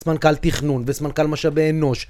סמנכ"ל תכנון וסמנכ"ל משאבי אנוש